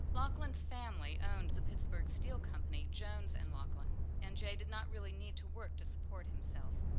lockland's family owned the pittsburgh steel company jones and lockland and jay did not really need to work to support himself.